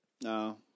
no